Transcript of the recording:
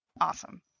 Awesome